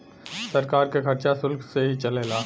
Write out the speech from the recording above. सरकार के खरचा सुल्क से ही चलेला